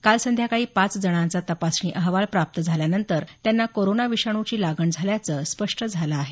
काल संध्याकाळी पाच जणांचा तपासणी अहवाल प्राप्त झाल्यानंतर त्यांना कोरोना विषाणूची लागण झाल्याचं स्पष्ट झालं आहे